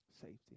Safety